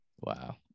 Wow